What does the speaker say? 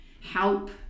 help